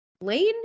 Lane